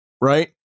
right